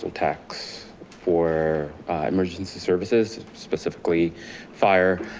tax for emergency services, specifically fire.